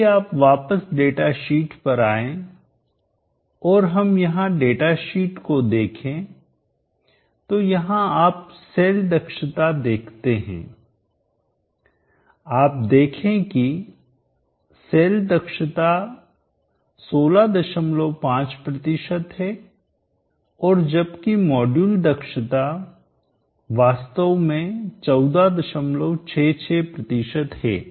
यदि आप वापस डेटाशीट पर आए और हम यहां डेटाशीट को देखें तो यहांआप सेल दक्षता एफिशिएंसी देखते हैं आप देखें कि सेल दक्षताएफिशिएंसी 165 है और जबकि मॉड्यूल दक्षताएफिशिएंसी वास्तव में 1466 है